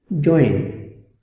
join